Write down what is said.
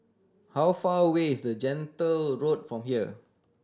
how far away is Gentle Road from here